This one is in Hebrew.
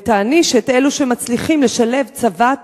ותעניש את אלה שמצליחים לשלב צבא,